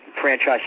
franchise